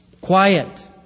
Quiet